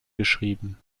geschrieben